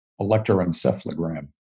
electroencephalogram